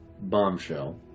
Bombshell